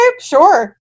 sure